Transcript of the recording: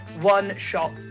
One-shot